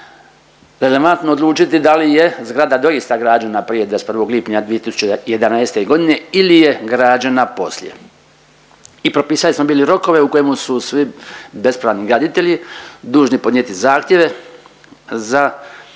relevantno odlučiti da li je zgrada doista građena prije 21. lipnja 2011. godine ili je građena poslije. I propisali smo bili rokove u kojima su svi bespravni graditelji dužni podnijeti zahtjeve za